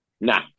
Nah